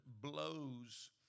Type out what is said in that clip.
blows